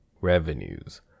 revenues